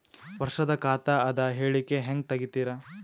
ವರ್ಷದ ಖಾತ ಅದ ಹೇಳಿಕಿ ಹೆಂಗ ತೆಗಿತಾರ?